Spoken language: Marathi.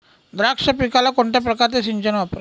द्राक्ष पिकाला कोणत्या प्रकारचे सिंचन वापरावे?